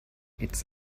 its